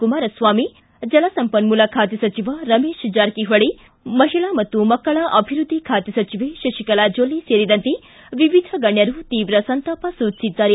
ಕುಮಾರಸ್ವಾಮಿ ಜಲಸಂಪನ್ಮೂಲ ಖಾತೆ ಸಚಿವ ರಮೇಶ್ ಜಾರಕಿಹೊಳಿ ಮಹಿಳಾ ಮತ್ತು ಮಕ್ಕಳ ಅಭಿವ್ಯದ್ದಿ ಖಾತೆ ಸಚಿವೆ ಶಶಿಕಲಾ ಜೊಲ್ಲೆ ಸೇರಿದಂತೆ ವಿವಿಧ ಗಣ್ಯರು ತೀವ್ರ ಸಂತಾಪ ಸೂಚಿಸಿದ್ದಾರೆ